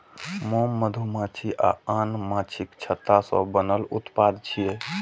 मोम मधुमाछी आ आन माछीक छत्ता सं बनल उत्पाद छियै